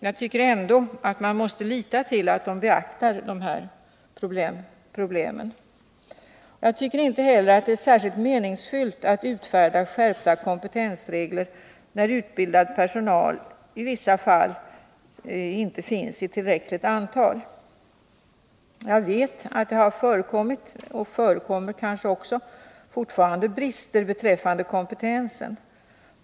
Jag tycker ändå att man måste lita till att arbetsgivaren beaktar dessa problem. Jag tycker inte heller att det är särskilt meningsfullt att utfärda skärpta kompetensregler i vissa fall när utbildad personal inte finns i tillräckligt antal. Jag vet att det har förekommit och kanske också fortfarande förekommer brister beträffande kompetensen.